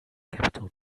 capital